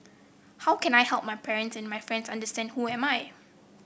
how can I help my parents and my friends understand who am I